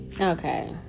Okay